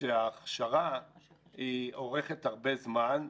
שההכשרה אורכת הרבה זמן,